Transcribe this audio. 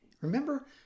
Remember